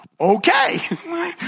Okay